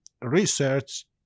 research